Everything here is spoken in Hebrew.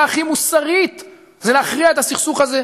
הכי מוסרית זה להכריע את הסכסוך הזה,